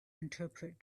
interpret